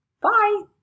Bye